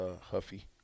Huffy